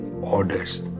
orders